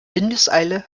windeseile